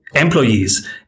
employees